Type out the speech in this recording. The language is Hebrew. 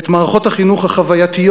את מערכות החינוך החווייתיות,